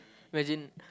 imagine